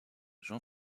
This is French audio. jean